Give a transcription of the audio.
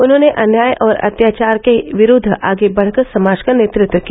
उन्होंने अन्याय और अत्याचार के विरूद्व आगे बढ़कर समाज का नेतत्व किया